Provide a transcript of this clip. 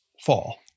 fall